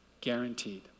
Guaranteed